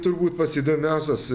turbūt pats įdomiausias